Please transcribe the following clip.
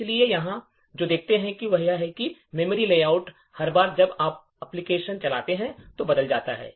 इसलिए हम यहां जो देखते हैं वह यह है कि मेमोरी लेआउट हर बार जब आप एप्लिकेशन चलाते हैं तो बदल जाता है